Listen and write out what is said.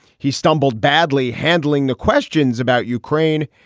he stumbled badly, handling the questions about ukraine.